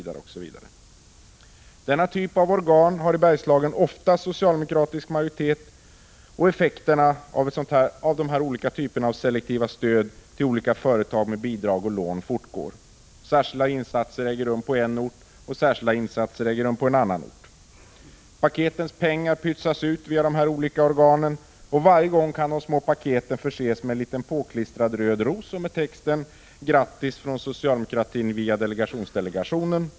Denna typ av organ har i Bergslagen oftast socialdemokratisk majoritet, och effekterna blir selektivt stöd till olika företag med bidrag och lån. Särskilda insatser görs på än den ena än den andra orten. Paketens pengar pytsas ut genom dessa olika organ, och varje gång kan de Prot. 1985/86:149 små paketen förses med en liten påklistrad röd ros och texten: Grattis från 22 maj 1986 socialdemokratin via delegationsdelegationen!